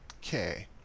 Okay